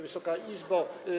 Wysoka Izbo!